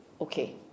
Okay